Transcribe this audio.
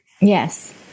Yes